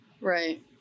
Right